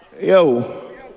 Yo